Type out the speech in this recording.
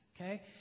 okay